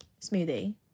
smoothie